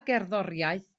gerddoriaeth